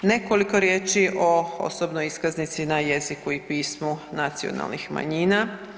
Nekoliko riječi o osobnoj iskaznici na jeziku i pismu nacionalnih manjina.